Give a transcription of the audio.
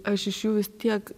aš iš jų vis tiek